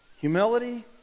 humility